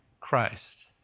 Christ